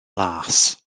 las